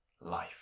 life